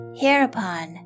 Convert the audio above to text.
hereupon